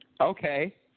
Okay